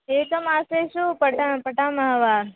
एकमासे पठ पठामः वा